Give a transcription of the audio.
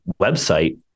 website